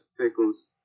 pickles